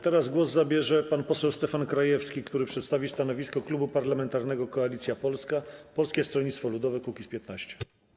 Teraz głos zabierze pan poseł Stefan Krajewski, który przedstawi stanowisko Klubu Parlamentarnego Koalicja Polska - Polskie Stronnictwo Ludowe - Kukiz15.